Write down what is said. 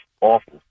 awful